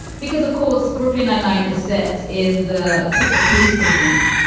because of course, brooklyn nine nine is set in the police precinct,